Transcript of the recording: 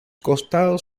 costados